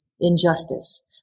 injustice